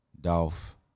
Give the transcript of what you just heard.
Dolph